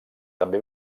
també